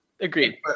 Agreed